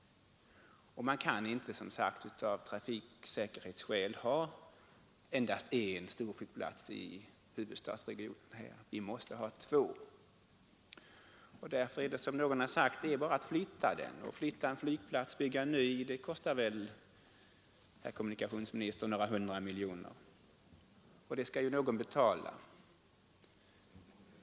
Vidare kan man, som redan sagts, av trafiksäkerhetsskäl inte ha endast en stor flygplats i huvudstadsregionen. Det måste finnas två. Någon har sagt att det bara är att flytta Bromma. Att bygga en ny flygplats kostar väl, herr kommunikationsminister, några hundra miljoner, och det skall ju någon betala.